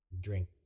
drink